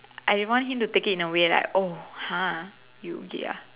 I want him to take it in a way like oh !huh! you gay ah